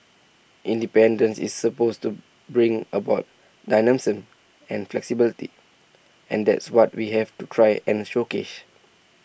independence is supposed to bring about dynamism and flexibility and that's what we have to try and showcase